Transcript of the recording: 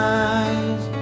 eyes